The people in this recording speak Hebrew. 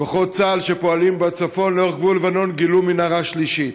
כוחות צה"ל שפועלים בצפון לאורך גבול לבנון גילו מנהרה שלישית.